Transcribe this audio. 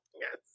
yes